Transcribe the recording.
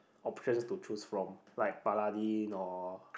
options to choose from like Paladin or